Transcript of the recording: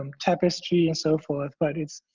um tapestry and so forth. but it's